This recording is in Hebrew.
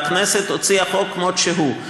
והכנסת הוציאה חוק כמו שהוא.